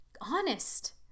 Honest